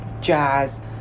jazz